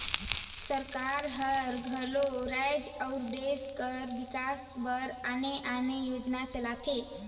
सरकार हर घलो राएज अउ देस कर बिकास बर आने आने योजना चलाथे